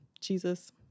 Jesus